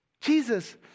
Jesus